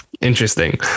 Interesting